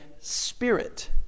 spirit